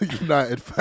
United